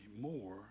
more